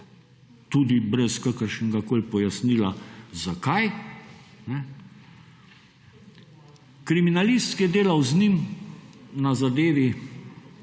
tudi brez kakršnegakoli pojasnila, zakaj. Kriminalist, ki je delal z njim na zadevi